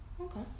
Okay